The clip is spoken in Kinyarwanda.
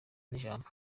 ijambo